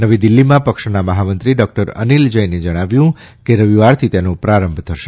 નવી દિલ્ફીમાં પક્ષના મહામંત્રી ડૉક્ટર અનિલ જૈને જણાવ્યું કે રવિવારથી તેનો આરંભ થશે